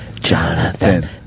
Jonathan